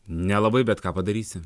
nelabai bet ką padarysi